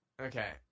Okay